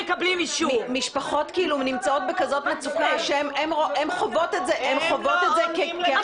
משפחות נמצאות בכזאת מצוקה והן חוות את זה כאכזריות.